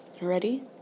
Ready